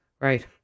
Right